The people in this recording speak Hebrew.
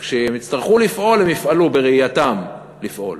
וכשהם יצטרכו לפעול הם יפעלו בראייתם לפעול.